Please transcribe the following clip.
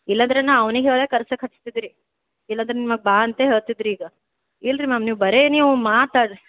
ಇಲ್ಲದ್ರೆ ನಾ ಅವ್ನಿಗೆ ಹೇಳೇ ಕರ್ಸೋಕ್ ಹಚ್ತಿದ್ದೆ ರೀ ಇಲ್ಲದ್ರೆ ನಿಮ್ಗೆ ಬಾ ಅಂತ ಹೇಳ್ತಿದ್ದೆ ರೀ ಈಗ ಇಲ್ಲ ರೀ ಮ್ಯಾಮ್ ನೀವು ಬರೀ ನೀವು ಮಾತಾಡಿರಿ